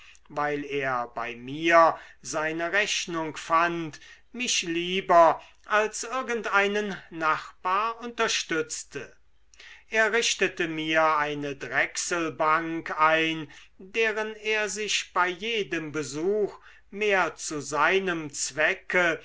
weil er bei mir seine rechnung fand mich lieber als irgendeinen nachbar unterstützte er richtete mir eine drechselbank ein deren er sich bei jedem besuch mehr zu seinem zwecke